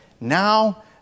now